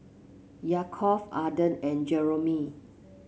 Yaakov Arden and Jeromy